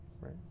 right